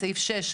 סעיף 6,